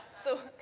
so,